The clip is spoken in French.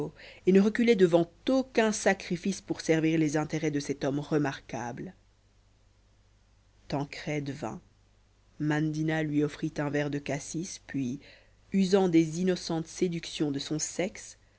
et ne reculait devant aucun sacrifice pour servir les intérêts de cet homme remarquable tancrède vint mandina lui offrit un verre de cassis puis usant des innocentes séductions de son sexe